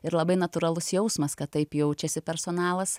ir labai natūralus jausmas kad taip jaučiasi personalas